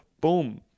Boom